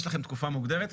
יש לכם תקופה מוגדלת,